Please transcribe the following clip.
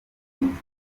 inshuti